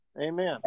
Amen